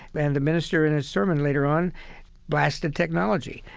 and the minister in his sermon later on blasted technology,